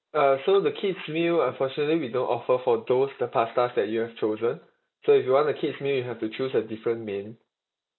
uh so the kid's meal uh for surely we don't offer for those the pastas that you have chosen so if you want the kid's meal you have to choose a different main